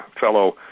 fellow